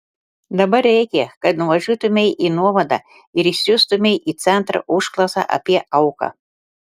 dabar reikia kad nuvažiuotumei į nuovadą ir išsiųstumei į centrą užklausą apie auką